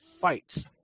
fights